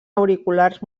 auriculars